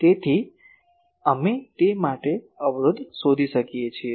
તેથી અમે તે માટે અવરોધ શોધી શકીએ છીએ